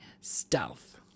stealth